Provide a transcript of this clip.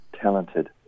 talented